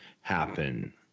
happen